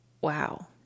Wow